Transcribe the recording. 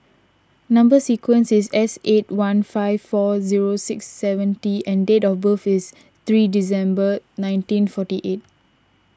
Number Sequence is S eight one five four zero six seven T and date of birth is three December nineteen forty eight